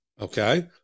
okay